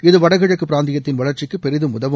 இது வடகிழக்கு பிராந்தியத்தின் வளர்ச்சிக்கு பெரிதும் உதவும்